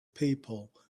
people